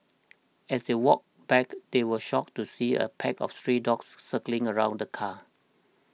as they walked back they were shocked to see a pack of stray dogs circling around the car